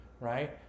right